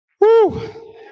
Woo